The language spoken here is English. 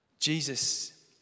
Jesus